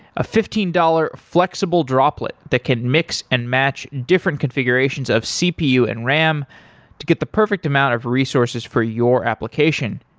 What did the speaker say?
a fifteen dollars flexible droplet that can mix and match different configurations of cpu and ram to get the perfect amount of resources for your application.